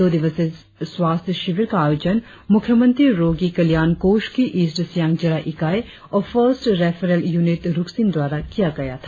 दो दिवसीय स्वास्थ्य शिविर का आयोजन मुख्यमंत्री रोगी कल्याण कोष की ईस्ट सियांग जिला इकाई और फर्स्ट रेफरल यूनिट रुकसिन द्वारा किया गया था